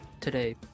today